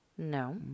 No